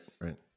Right